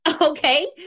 Okay